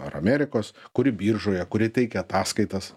ar amerikos kuri biržoje kuri teikia ataskaitas